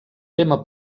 tema